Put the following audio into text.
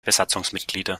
besatzungsmitglieder